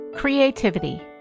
Creativity